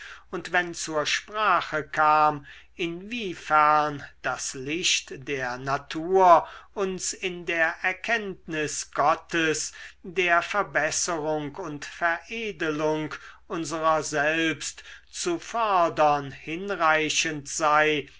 und wenn zur sprache kam inwiefern das licht der natur uns in der erkenntnis gottes der verbesserung und veredlung unserer selbst zu fördern hinreichend sei